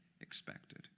expected